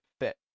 fit